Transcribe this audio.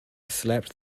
slapped